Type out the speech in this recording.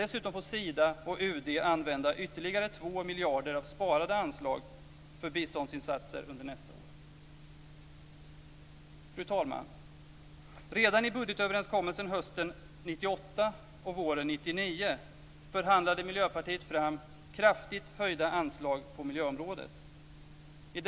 Dessutom får Sida och UD använda ytterligare 2 miljarder av sparade anslag för biståndsinsatser under nästa år. Fru talman! Redan i budgetöverenskommelserna hösten 1998 och våren 1999 förhandlade Miljöpartiet fram kraftigt höjda anslag på miljöområdet.